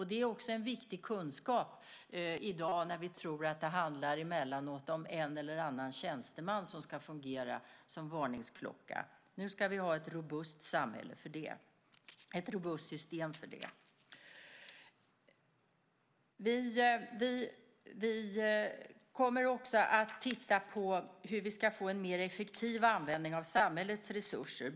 Det är också en viktig kunskap i dag, när vi emellanåt tror att det handlar om en eller annan tjänsteman som ska fungera som varningsklocka. Nu ska vi ha ett robust system för det. Vi kommer också att titta på hur vi ska få en mer effektiv användning av samhällets resurser.